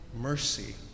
mercy